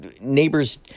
neighbors